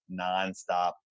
nonstop